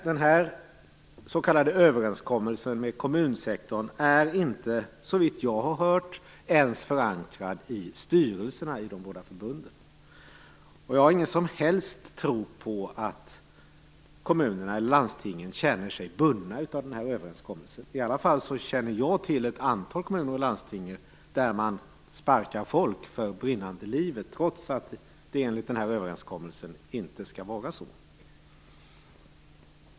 Den här s.k. överenskommelsen med kommunsektorn är inte ens, såvitt jag har hört, förankrad i styrelserna i de båda förbunden. Jag har ingen som helst tro på att kommunerna eller landstingen känner sig bundna av överenskommelsen. Jag känner i alla fall till ett antal kommuner och landsting där man sparkar folk för brinnande livet, trots att det enligt överenskommelsen inte skall vara så.